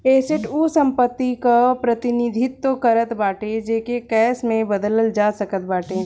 asset उ संपत्ति कअ प्रतिनिधित्व करत बाटे जेके कैश में बदलल जा सकत बाटे